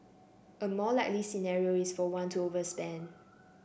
a more likely scenario is for one to overspend